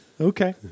Okay